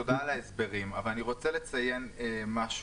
תודה על ההסברים אבל אני רוצה לציין משהו,